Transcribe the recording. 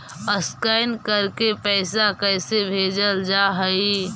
Scan करके पैसा कैसे भेजल जा हइ?